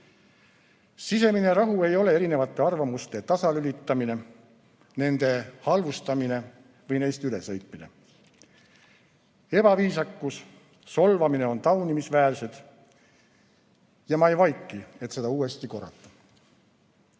Sisemine rahu ei ole erinevate arvamuste tasalülitamine, nende halvustamine või neist üle sõitmine. Ebaviisakus, solvamine on taunimisväärsed, ja ma ei vaiki, et seda uuesti korrata.